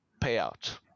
payout